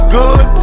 good